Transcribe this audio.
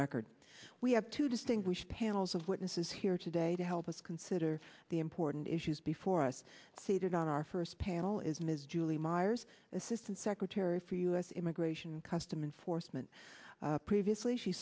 record we have two distinguished panels of witnesses here today to help us consider the import issues before us seated on our first panel is ms julie myers assistant secretary for u s immigration and customs enforcement previously she